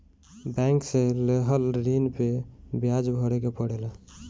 bank से लेहल ऋण पे बियाज भरे के पड़ेला